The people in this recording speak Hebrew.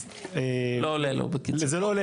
לא עולה לו, בקיצור.